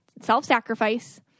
self-sacrifice